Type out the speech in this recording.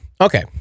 Okay